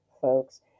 folks